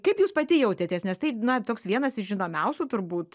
kaip jūs pati jautėtės nes tai na toks vienas iš žinomiausių turbūt